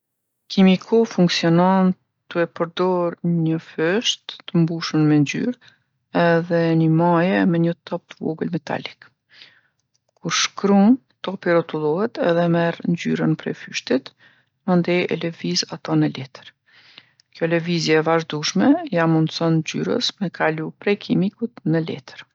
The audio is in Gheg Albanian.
Kimiku funksion tu e përdorë një fysht t'mbushun me ngjyrë edhe ni maje me një top t'vogël metalik. Kur shkrun topi rrotullohet edhe e merr ngjyrën prej fyshtit, mandej e levizë ato në letër. Kjo lëvizje e vazhdushme ja mundson ngjyrës me kalu prej kimikut në letër.